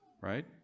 Right